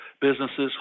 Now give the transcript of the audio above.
businesses